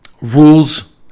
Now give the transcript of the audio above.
rules